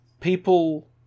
people